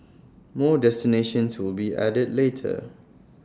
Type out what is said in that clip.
more destinations will be added later